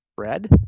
red